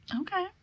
Okay